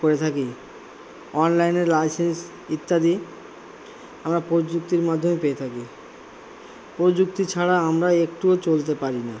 করে থাকি অনলাইনে লাইসেন্স ইত্যাদি আমরা প্রযুক্তির মাধ্যমে পেয়ে থাকি প্রযুক্তি ছাড়া আমরা একটুও চলতে পারি না